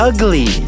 Ugly